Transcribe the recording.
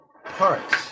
parts